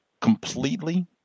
completely